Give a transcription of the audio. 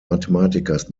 mathematikers